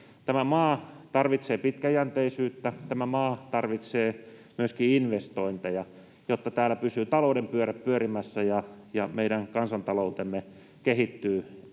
Tämä maa tarvitsee pitkäjänteisyyttä, tämä maa tarvitsee myöskin investointeja, jotta täällä pysyvät talouden pyörät pyörimässä ja meidän kansantaloutemme kehittyy